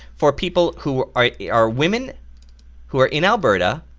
for people who are are women who are in alberta,